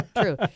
true